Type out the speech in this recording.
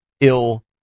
ill